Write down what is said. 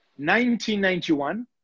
1991